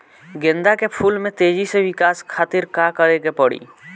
गेंदा के फूल में तेजी से विकास खातिर का करे के पड़ी?